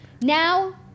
Now